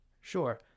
Sure